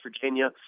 Virginia